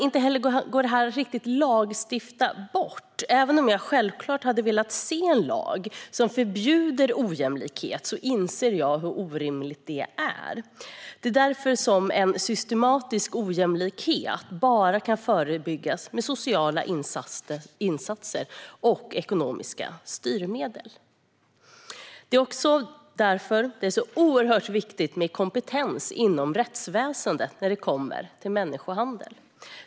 Detta går heller inte riktigt att lagstifta bort. Även om jag självklart hade velat se en lag som förbjuder ojämlikhet inser jag hur orimligt det är. Det är därför en systematisk ojämlikhet bara kan förebyggas med sociala insatser och ekonomiska styrmedel. Det är också därför det är oerhört viktigt med kompetens inom rättsväsendet när det kommer till människohandel.